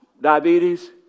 Diabetes